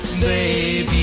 baby